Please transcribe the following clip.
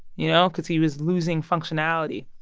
you know, because he was losing functionality.